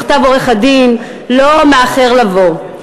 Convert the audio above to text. מכתב עורך-הדין לא מאחר לבוא?